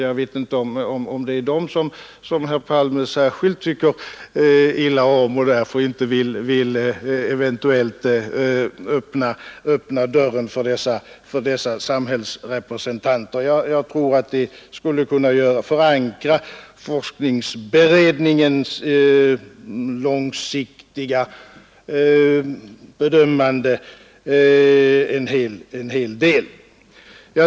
Jag vet inte om herr Palme tycker särskilt illa om dem och därför inte vill öppna dörrarna för dessa samhällets representanter. Jag tror de skulle kunna bidra till att förankra forskningsberedningens långsiktiga bedömanden.